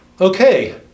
Okay